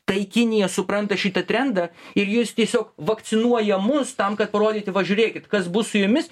tai kinija supranta šitą trendą ir jis tiesiog vakcinuoja mus tam kad parodyti va žiūrėkit kas bus su jumis